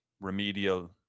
remedial